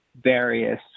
various